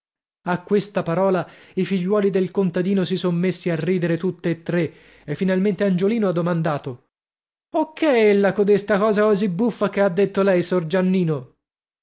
a questa parola i figliuoli del contadino si son messi a ridere tutt'e tre e finalmente angiolino ha domandato o che è ella codesta cosa così buffa che ha detto lei sor giannino